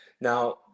now